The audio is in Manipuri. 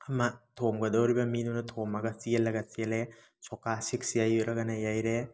ꯑꯃ ꯊꯣꯝꯒꯗꯧꯔꯤꯕ ꯃꯤꯗꯨꯅ ꯊꯣꯝꯃꯒ ꯆꯦꯜꯂꯒ ꯆꯦꯜꯂꯦ ꯁꯣꯀꯥ ꯁꯤꯛꯁ ꯌꯩꯔꯒꯅ ꯌꯩꯔꯦ